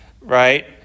right